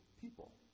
people